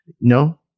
no